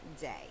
day